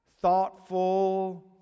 thoughtful